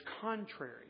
contrary